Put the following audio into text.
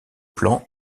plan